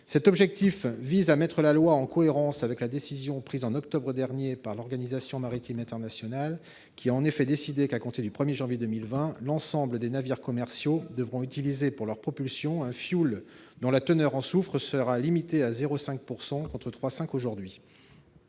Il s'agit de mettre la loi en cohérence avec la décision prise au mois d'octobre dernier par l'Organisation maritime internationale, aux termes de laquelle, à compter du 1 janvier 2020, l'ensemble des navires commerciaux devront utiliser pour leur propulsion un fioul dont la teneur en soufre sera limitée à 0,5 %, contre 3,5 % aujourd'hui.